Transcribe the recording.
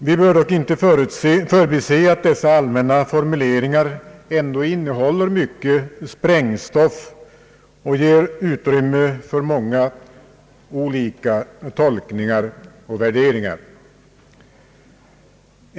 Vi bör dock inte förbise att dessa allmänna formuleringar ändå innehåller mycket sprängstoff och ger utrymme för många olika tolkningar och värderingar.